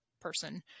person